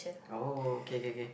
oh K K K